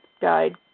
guide